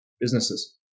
businesses